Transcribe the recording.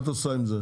מה את עושה עם זה?